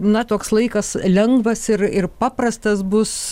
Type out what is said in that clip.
na toks laikas lengvas ir ir paprastas bus